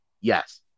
Yes